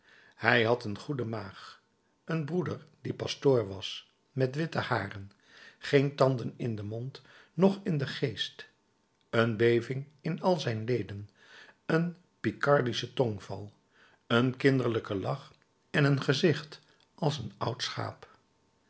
hij had een goede maag een broeder die pastoor was met witte haren geen tanden in den mond noch in den geest een beving in al zijn leden een picardischen tongval een kinderlijken lach en een gezicht als een oud schaap